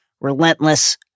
relentless